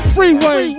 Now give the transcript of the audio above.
Freeway